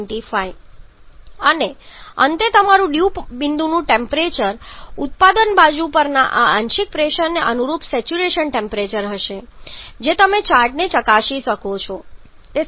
325 અને અંતે તમારું ડ્યૂ બિંદુનું ટેમ્પરેચર ઉત્પાદન બાજુ પરના આ આંશિક પ્રેશરને અનુરૂપ સેચ્યુરેશન ટેમ્પરેચર હશે જે તમે ચાર્ટને ચકાસી શકો છો કે તે 60